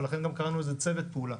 ולכן גם קראנו לזה "צוות פעולה",